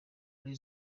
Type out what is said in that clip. muri